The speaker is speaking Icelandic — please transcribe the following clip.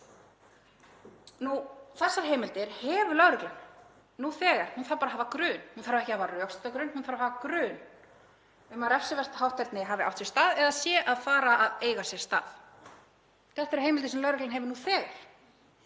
Þessar heimildir hefur lögreglan nú þegar, hún þarf bara að hafa grun. Hún þarf ekki að hafa rökstuddan grun, hún þarf bara að hafa grun um að refsivert hátterni hafi átt sér stað eða sé að fara að eiga sér stað. Þetta eru heimildir sem lögreglan hefur nú þegar.